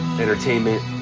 Entertainment